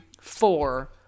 four